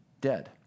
dead